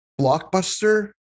Blockbuster